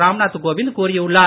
ராம் நாத் கோவிந்த் கூறியுள்ளார்